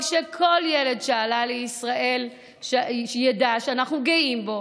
שכל ילד שעלה לישראל ידע שאנחנו גאים בו,